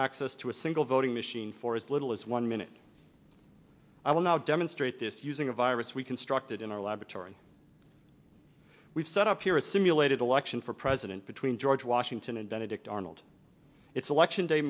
access to a single voting machine for as little as one minute i will now demonstrate this using a virus we constructed in our laboratory we've set up here a simulated election for president between george washington and benedict arnold it's election day